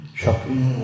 shopping